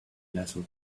lethal